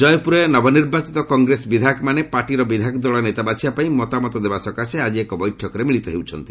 ଜୟପୁରରେ ନବନିର୍ବାଚିତ କଗ୍ରେସ ବିଧାୟକମାନେ ପାର୍ଟିର ବିଧାୟକ ଦଳ ନେତା ବାଛିବା ପାଇଁ ମତାମତ ଦେବା ସକାଶେ ଆଜି ଏକ ବୈଠକରେ ମିଳିତ ହେଉଛନ୍ତି